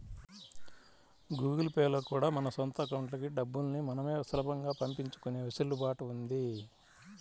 Google Pay లో కూడా మన సొంత అకౌంట్లకి డబ్బుల్ని మనమే సులభంగా పంపించుకునే వెసులుబాటు ఉంది